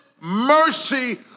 mercy